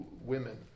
women